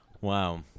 Wow